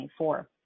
2024